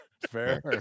Fair